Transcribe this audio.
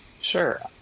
Sure